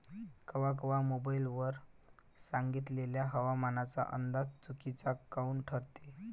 कवा कवा मोबाईल वर सांगितलेला हवामानाचा अंदाज चुकीचा काऊन ठरते?